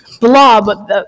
blob